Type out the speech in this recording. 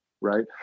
right